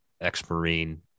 ex-Marine